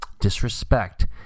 disrespect